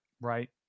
right